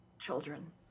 Children